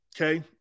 Okay